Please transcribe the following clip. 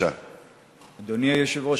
אני לא רוצה לקרוא אותך